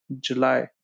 July